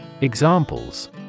Examples